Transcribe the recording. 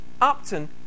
Upton